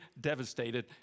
devastated